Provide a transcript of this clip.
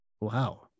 Wow